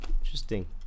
interesting